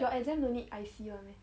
your exam don't need I_C one meh